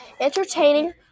entertaining